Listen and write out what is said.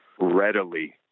readily